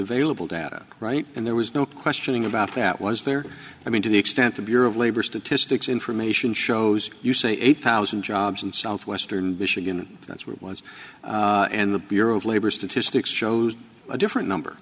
available data right and there was no questioning about that was there i mean to the extent to bureau of labor statistics information shows you say eight thousand jobs in southwestern michigan that's where it was and the bureau of labor statistics shows a different number